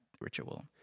ritual